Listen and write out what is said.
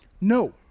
No